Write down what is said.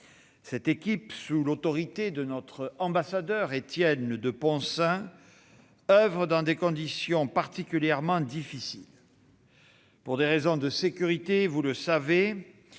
Cette équipe, sous l'autorité de notre ambassadeur, Étienne de Poncins, oeuvre dans des conditions particulièrement difficiles. Pour des raisons de sécurité, elle s'est